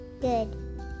Good